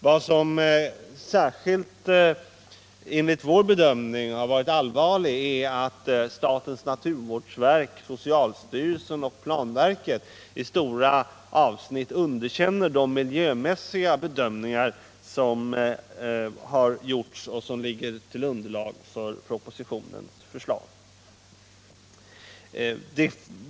Vad som särskilt, enligt vår bedömning, har varit allvarligt är att statens naturvårdsverk, socialstyrelsen och planverket i stora avsnitt underkänner de miljömässiga bedömningar som har gjorts och som ligger till underlag för propositionens förslag.